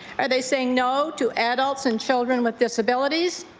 are they saying no to adults and children with disabilities?